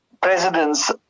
presidents